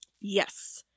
Yes